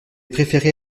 préféré